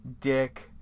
dick